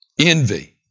envy